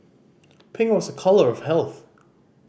pink was a colour of health